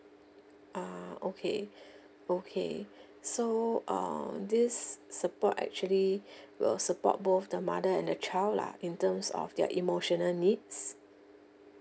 ah okay okay so err this support actually will support both the mother and the child lah in terms of their emotional needs